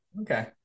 okay